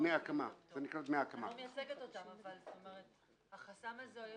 לא מייצגת אותם אבל החסם הזה,